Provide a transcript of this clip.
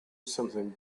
something